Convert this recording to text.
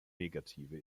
negative